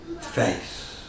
faith